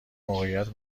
موقعیت